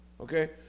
Okay